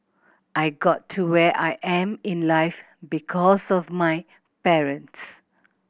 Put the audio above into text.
I got to where I am in life because of my parents